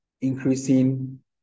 increasing